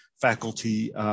Faculty